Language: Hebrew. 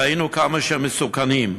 ראינו כמה שהם מסוכנים.